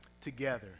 together